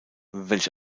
welch